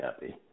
happy